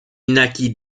naquit